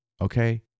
okay